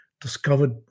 discovered